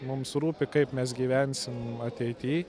mums rūpi kaip mes gyvensim ateity